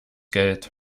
geld